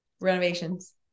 Renovations